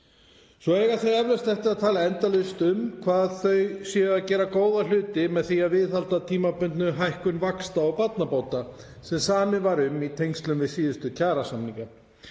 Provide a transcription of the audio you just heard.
Svo eiga þau eflaust eftir að tala endalaust um hvað þau séu að gera góða hluti með því að viðhalda tímabundinni hækkun vaxta- og barnabóta sem samið var um í tengslum við síðustu kjarasamninga.